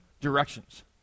directions